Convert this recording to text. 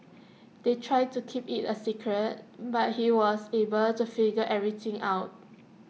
they tried to keep IT A secret but he was able to figure everything out